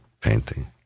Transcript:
painting